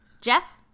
Jeff